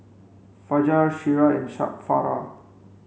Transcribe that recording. Fajar Syirah and Farah